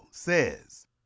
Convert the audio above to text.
says